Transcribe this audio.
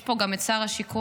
נמצא פה גם שר השיכון.